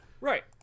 Right